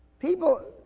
people,